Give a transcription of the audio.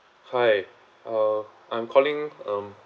hi uh I'm calling um